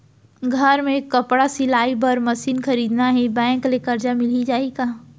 घर मे कपड़ा सिलाई बार मशीन खरीदना हे बैंक ले करजा मिलिस जाही का?